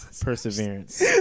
perseverance